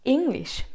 English